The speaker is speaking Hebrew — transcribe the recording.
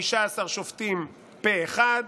15 שופטים, פה אחד.